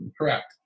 correct